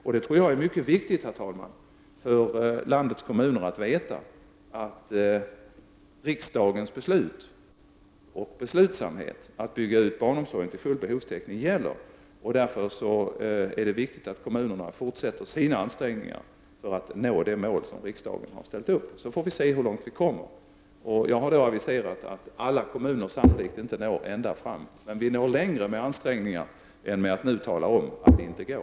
Jag tror att det är viktigt för landets kommuner att känna till att riksdagens beslut, och beslutsamheten att bygga ut barnomsorgen till full behovstäckning, gäller. Därför är det viktigt att kommunerna fortsätter sina ansträngningar för att nå det mål som riksdagen har ställt upp. Sedan får vi se hur långt vi kommer. Jag har aviserat att alla kommuner sannolikt inte når ända fram. Men vi når längre med hjälp av ansträngningar än genom att nu bara säga att det inte går.